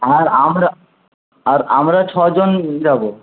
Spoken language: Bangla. আর আমরা আর আমরা ছয় জন যাব